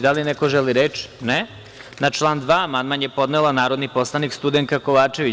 Da li neko želi reč? (Ne) Na član 2. amandman je podnela narodni poslanik Studenka Kovačević.